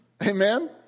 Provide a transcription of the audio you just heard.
Amen